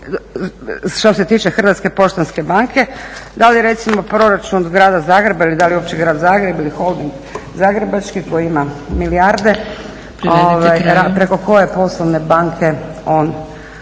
što se tiče HPB-a da li recimo Proračun Grada Zagreba ili da li uopće Grad Zagreb ili Holding zagrebački koji ima milijarde preko koje poslovne banke on